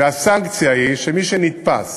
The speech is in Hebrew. והסנקציה היא שמי שנתפס